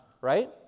right